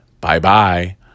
Bye-bye